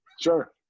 Sure